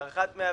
הארכת דמי אבטלה,